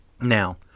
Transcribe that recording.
Now